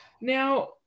Now